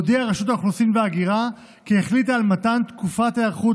הודיעה רשות האוכלוסין וההגירה כי החליטה על מתן תקופת היערכות